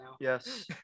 Yes